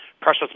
Precious